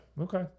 okay